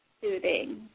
soothing